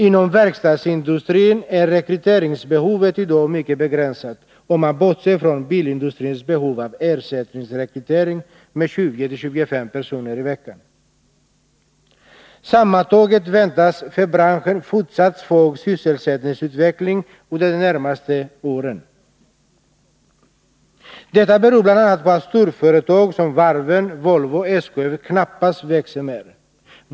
Inom verkstadsindustrin är rekryteringsbehovet i dag mycket begränsat, om man bortser från bilindustrins behov av ersättningsrekrytering med 20-25 personer i veckan. Sammantaget väntas för branschen fortsatt svag sysselsättningsutveckling under de närmaste åren. Detta beror bl.a. på att storföretagen, som varven, Volvo och SKF, knappast växer mer.